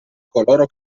coloro